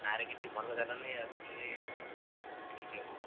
sir କିଛି ଭଲ ଜାଗା ନାହିଁ ଆଉ ଦିଲ୍ଲୀରେ ମୋ ପାଇଁ ଦେଖି ଦିଅ ଟିକେ